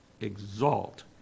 exalt